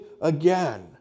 again